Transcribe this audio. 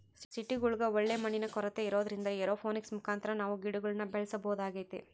ಸಿಟಿಗುಳಗ ಒಳ್ಳೆ ಮಣ್ಣಿನ ಕೊರತೆ ಇರೊದ್ರಿಂದ ಏರೋಪೋನಿಕ್ಸ್ ಮುಖಾಂತರ ನಾವು ಗಿಡಗುಳ್ನ ಬೆಳೆಸಬೊದಾಗೆತೆ